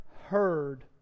heard